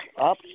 up